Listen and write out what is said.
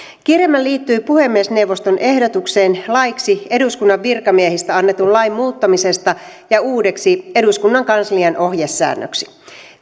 kirjelmä liittyy puhemiesneuvoston ehdotukseen laiksi eduskunnan virkamiehistä annetun lain muuttamisesta ja uudeksi eduskunnan kanslian ohjesäännöksi